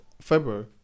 February